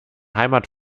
heimat